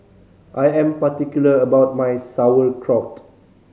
I am particular about my Sauerkraut